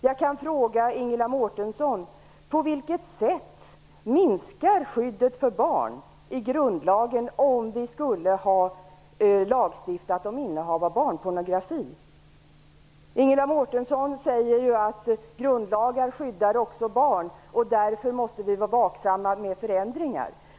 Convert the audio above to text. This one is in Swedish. Jag kan fråga Ingela Mårtensson: På vilket sätt minskar skyddet för barn i grundlagen om vi skulle ha lagstiftat om innehav av barnpornografi? Ingela Mårtensson säger ju att grundlagen skyddar också barn och därför måste vi vara vaksamma vid förändringar.